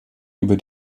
über